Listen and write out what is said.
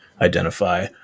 identify